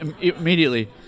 immediately